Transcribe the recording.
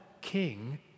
king